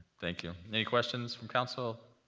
thank you. any questions from council?